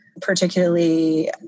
particularly